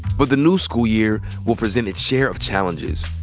but the new school year will present its share of challenges.